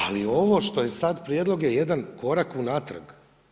Ali ovo što je sad prijedlog je jedan korak unatrag.